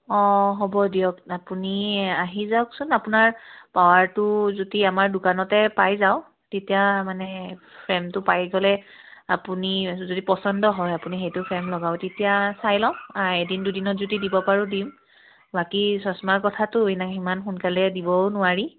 অঁ হ'ব দিয়ক আপুনি আহি যাওকচোন আপোনাৰ পাৱাৰটো যদি আমাৰ দোকানতে পাই যাওঁ তেতিয়া মানে ফ্ৰেমটো পাই গ'লে আপুনি যদি পচন্দ হয় আপুনি সেইটো ফ্ৰেম লগাও তেতিয়া চাই ল'ম এদিন দুদিনত যদি দিব পাৰোঁ দিম বাকী চশমাৰ কথাটো সিমান সোনকালে দিবও নোৱাৰি